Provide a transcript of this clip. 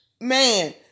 Man